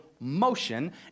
motion